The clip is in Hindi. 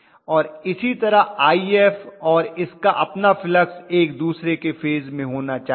और इसी तरह If और इसका अपना फ्लक्स एक दूसरे के फेज में होना चाहिए